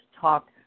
talk